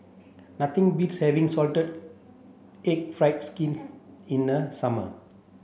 nothing beats having salted egg fried skin in the summer